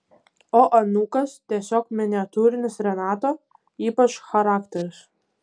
o anūkas tiesiog miniatiūrinis renato ypač charakteris